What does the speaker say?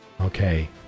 Okay